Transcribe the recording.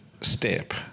step –